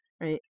right